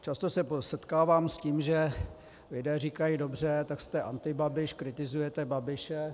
Často se setkávám s tím, že lidé říkají: Dobře, tak jste antibabiš, kritizujete Babiše...